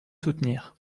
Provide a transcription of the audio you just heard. soutenir